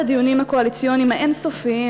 בדיונים הקואליציוניים האין-סופיים,